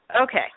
Okay